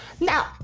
Now